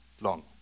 long